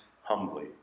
humbly